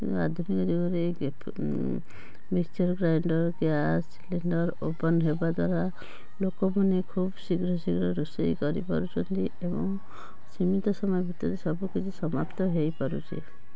ଏ ଆଧୁନିକ ଯୁଗରେ mixture grinder gas cylinder open ହେବାଦ୍ୱାରା ଲୋକମାନେ ଖୁବ୍ ଶୀଘ୍ର ଶୀଘ୍ର ରୋଷେଇ କରିପାରୁଛନ୍ତି ଏବଂ ସୀମିତ ସମୟ ଭିତରେ ସବୁକିଛି ସମାପ୍ତ ହେଇପାରୁଛି